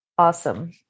Awesome